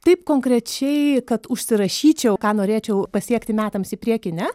taip konkrečiai kad užsirašyčiau ką norėčiau pasiekti metams į priekį ne